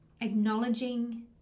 acknowledging